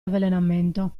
avvelenamento